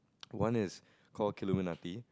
one is called Killuminati